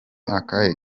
akahe